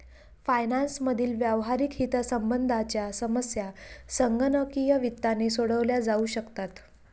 finance मधील व्यावहारिक हितसंबंधांच्या समस्या संगणकीय वित्ताने सोडवल्या जाऊ शकतात